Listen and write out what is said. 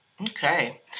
Okay